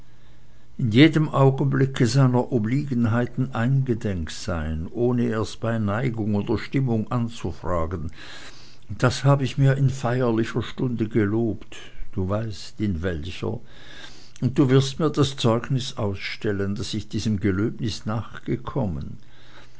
in jedem augenblicke seiner obliegenheiten eingedenk sein ohne erst bei neigung oder stimmung anzufragen das hab ich mir in feierlicher stunde gelobt du weißt in welcher und du wirst mir das zeugnis ausstellen daß ich diesem gelöbnis nachgekommen